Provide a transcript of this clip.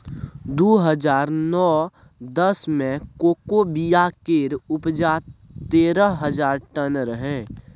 दु हजार नौ दस मे कोको बिया केर उपजा तेरह हजार टन रहै